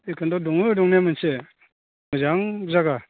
जेखुनथ' दङो दंनाया मोनसे मोजां जायगा